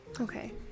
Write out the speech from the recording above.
Okay